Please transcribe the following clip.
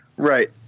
Right